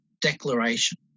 declaration